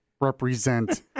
represent